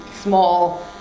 small